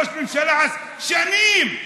ראש ממשלה, שנים.